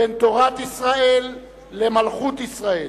בין תורת ישראל למלכות ישראל.